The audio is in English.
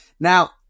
Now